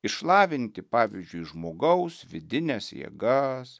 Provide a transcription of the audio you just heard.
išlavinti pavyzdžiui žmogaus vidines jėgas